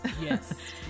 Yes